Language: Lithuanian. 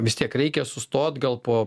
vis tiek reikia sustot gal po